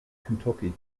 kentucky